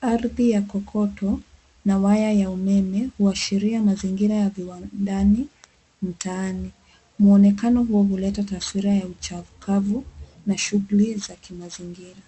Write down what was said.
Ardhi ya kokoto na waya wa umeme huaashiria mazingira ya viwandani mtaani. Muonekano huo huleta taswira ya uchafu kavu na shughuli za kimazingira.